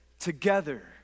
Together